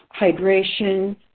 hydration